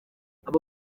abo